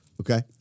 Okay